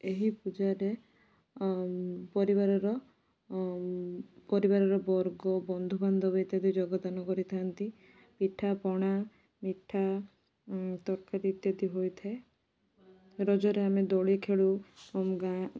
ଏହି ପୂଜାରେ ପରିବାରର ପରିବାରର ବର୍ଗ ବନ୍ଧୁବାନ୍ଧବ ଇତ୍ୟାଦି ଯୋଗଦାନ କରିଥାନ୍ତି ପିଠାପଣା ମିଠା ତରକାରୀ ଇତ୍ୟାଦି ହୋଇଥାଏ ରଜରେ ଆମେ ଦୋଳି ଖେଳୁ ଗାଁ